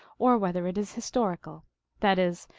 or whether it is historical that is,